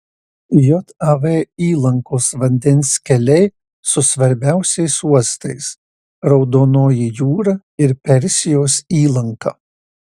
jav įlankos vandens keliai su svarbiausiais uostais raudonoji jūra ir persijos įlanka